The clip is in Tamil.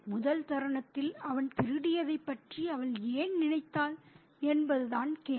முதல் தருணத்தில் அவன் திருடியதைப் பற்றி அவள் ஏன் நினைத்தாள் என்பதுதான் கேள்வி